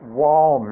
wall